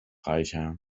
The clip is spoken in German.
reicher